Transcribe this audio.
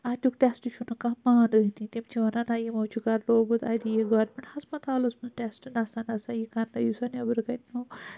اَتِیُک test چھُنہٕ کَانٛہہ مانٲنی تِم چھِ وَنان نَہ یِمو چھُ کَرنومُت أتے یہِ گورمیٚنٹ ہَسپَتالَس منٛز ٹیٚسٹ نَسا نَسا یہِ کَرنٲیو سا نٮ۪برٕ کٔنۍ نوٚو